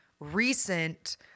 recent